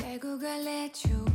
jeigu galėčiau